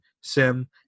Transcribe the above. sim